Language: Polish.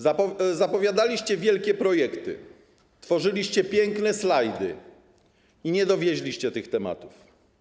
Zapowiadaliście wielkie projekty, tworzyliście piękne slajdy i nie zrealizowaliście tych tematów.